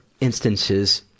instances